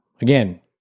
again